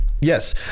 Yes